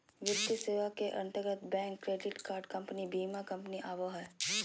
वित्तीय सेवा के अंतर्गत बैंक, क्रेडिट कार्ड कम्पनी, बीमा कम्पनी आवो हय